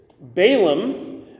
Balaam